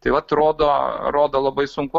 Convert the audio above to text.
tai vat rodo rodo labai sunkų